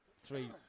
three